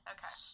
Okay